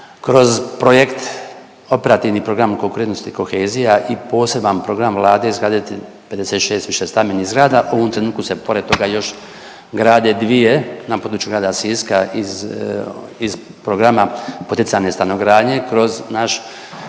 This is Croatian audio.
kroz projekt operativni program Konkurentnost i kohezija i poseban program Vlade izgraditi 56 višestambenih zgrada. U ovom trenutku se pored toga još grade dvije na području grada Siska iz, iz programa poticajne stanogradnje